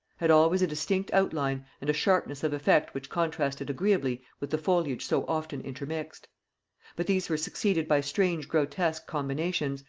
had always a distinct outline and a sharpness of effect which contrasted agreeably with the foliage so often intermixed but these were succeeded by strange grotesque combinations,